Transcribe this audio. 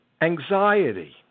Anxiety